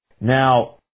Now